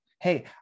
Hey